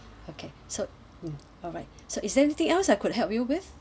okay so mm alright so is there anything else I could help you with